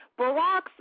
Barack's